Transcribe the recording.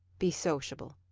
be sociable.